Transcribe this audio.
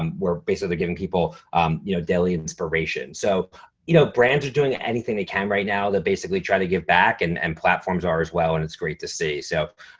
um where basically they're giving people you know daily and inspiration. so you know brands are doing anything they can right now they're basically tryna give back and and platforms are as well. and it's great to see. so,